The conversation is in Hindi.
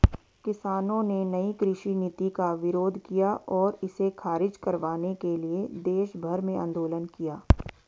किसानों ने नयी कृषि नीति का विरोध किया और इसे ख़ारिज करवाने के लिए देशभर में आन्दोलन किया